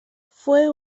fue